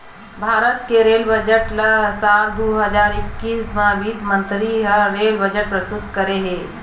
भारत के rail budget ल साल दू हजार एक्कीस म बित्त मंतरी ह रेल बजट प्रस्तुत करे हे